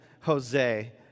Jose